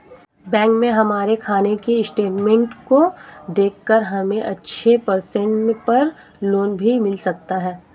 bank में हमारे खाने की स्टेटमेंट को देखकर हमे अच्छे परसेंट पर लोन भी मिल सकता है